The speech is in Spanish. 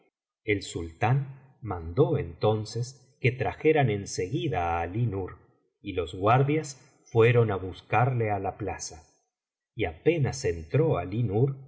el sultán mandó entonces que trajeran en seguida á alí nur y los guardias fueron á buscarle á la liaza y apenas entró